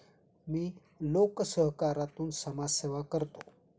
मी लोकसहकारातून समाजसेवा करतो